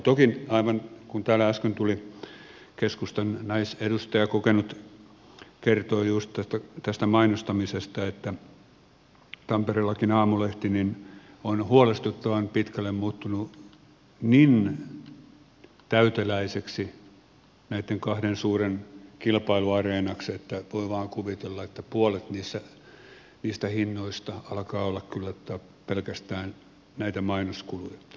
toki aivan kuin täällä äsken keskustan kokenut naisedustaja kertoi just tästä mainostamisesta tampereellakin aamulehti on huolestuttavan pitkälle muuttunut niin täyteläiseksi näitten kahden suuren kilpailuareenaksi että voi vain kuvitella että puolet niistä hinnoista alkaa olla kyllä pelkästään näitä mainoskuluja